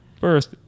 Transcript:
first